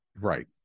Right